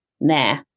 nah